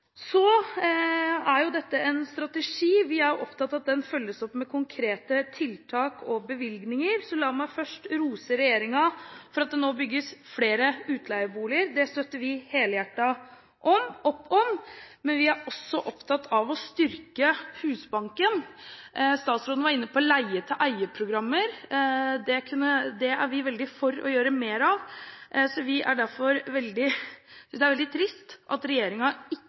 er en strategi som vi er opptatt av følges opp med konkrete tiltak og bevilgninger, så la meg først få rose regjeringen for at det nå bygges flere utleieboliger. Det støtter vi helhjertet opp om. Men vi er også opptatt av å styrke Husbanken. Statsråden var inne på eie-til-leie-programmer. Det er vi veldig for å gjøre mer av, så vi synes det er veldig trist at ikke